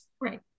right